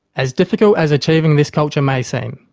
as difficult as achieving this culture may seem,